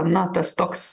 na tas toks